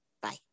bye